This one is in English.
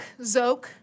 Zoke